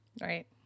Right